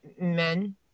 men